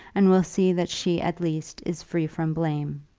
and will see that she at least is free from blame.